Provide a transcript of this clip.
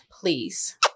please